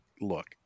look